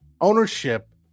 ownership